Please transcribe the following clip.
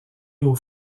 aux